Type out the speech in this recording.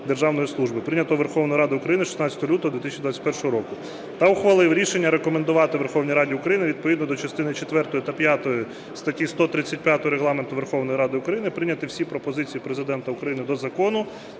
державної служби", прийнятого Верховною Радою України 16 лютого 2021 року, та ухвалив рішення рекомендувати Верховній Раді України відповідно до частин четвертої та п'ятої статті 135 Регламенту Верховної Ради України прийняти всі пропозиції Президента України до закону